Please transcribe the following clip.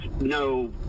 no